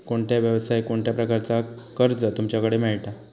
कोणत्या यवसाय कोणत्या प्रकारचा कर्ज तुमच्याकडे मेलता?